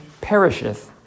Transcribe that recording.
perisheth